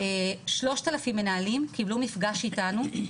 3,000 מנהלים קיבלו מפגש איתנו.